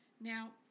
now